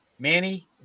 Manny